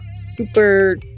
super